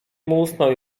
musnął